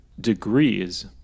degrees